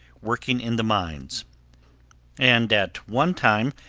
working in the mines and at one time,